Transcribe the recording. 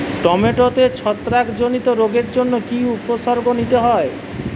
টমেটোতে ছত্রাক জনিত রোগের জন্য কি উপসর্গ নিতে হয়?